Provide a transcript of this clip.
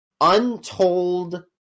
untold